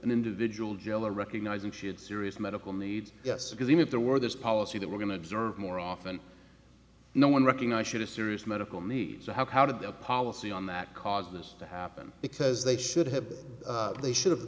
an individual jailer recognizing she had serious medical needs yes because even if there were this policy that we're going to deserve more often no one recognized a serious medical needs or how how did the policy on that caused this to happen because they should have they should